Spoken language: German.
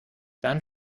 dann